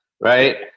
right